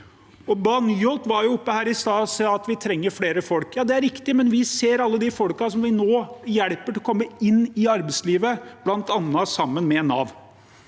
Bae Nyholt var oppe her i stad og sa at vi trenger flere folk. Ja, det er riktig, men vi ser alle de folkene som vi nå hjelper til å komme inn i arbeidslivet, bl.a. sammen med Nav.